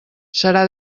serà